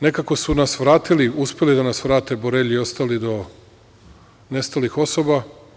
Nekako su uspeli da nas vrate, Borelji i ostali, do nestalih osoba.